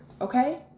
okay